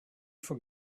for